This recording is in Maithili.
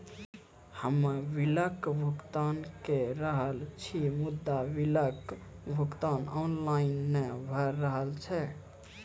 हम्मे बिलक भुगतान के रहल छी मुदा, बिलक भुगतान ऑनलाइन नै भऽ रहल छै?